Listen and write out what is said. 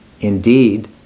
indeed